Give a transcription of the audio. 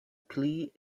pli